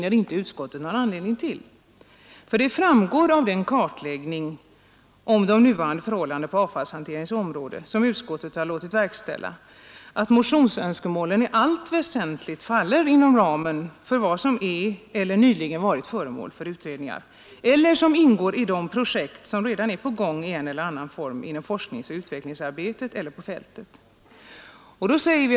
Det framgår nämligen av den kartläggning av nuvarande förhållanden på avfallshanteringens område, som utskottet har låtit verkställa, att motionsönskemålen i allt väsentligt faller inom ramen för vad som är eller nyligen har varit föremål för utredningar eller som ingår i de projekt som redan är på gång i en eller annan form inom forskningsoch utvecklingsarbetet eller ute på fältet.